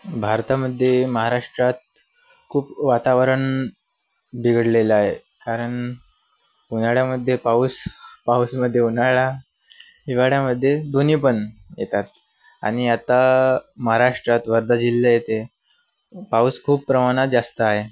भारतामध्ये महाराष्ट्रात खूप वातावरण बिघडलेलं आहे कारण उन्हाळ्यामध्ये पाऊस पाऊसमध्ये उन्हाळा हिवाळ्यामध्ये दोन्ही पण येतात आणि आता महाराष्ट्रात वर्धा जिल्हा येते पाऊस खूप प्रमाणात जास्त आहे